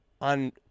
on